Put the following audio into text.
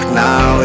now